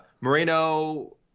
Moreno